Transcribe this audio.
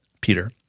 Peter